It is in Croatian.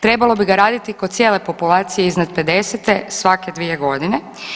Trebalo bi ga raditi kod cijele populacije iznad 50 svake 2 godine.